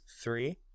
three